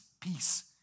peace